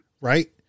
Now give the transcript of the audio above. right